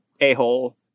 a-hole